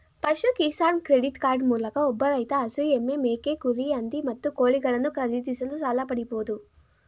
ಪಶು Kisan credit card ಮೂಲಕ ಒಬ್ಬ ರೈತ ಹಸು ಎಮ್ಮೆ ಮೇಕೆ ಕುರಿ ಹಂದಿ ಮತ್ತು ಕೋಳಿಗಳನ್ನು ಖರೀದಿಸಲು ಸಾಲ ಪಡಿಬೋದು